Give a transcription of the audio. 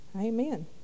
Amen